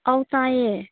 ꯑꯧ ꯇꯥꯏꯌꯦ